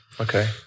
okay